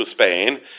spain